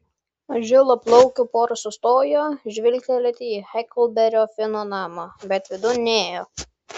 žilaplaukių pora sustojo žvilgtelėti į heklberio fino namą bet vidun nėjo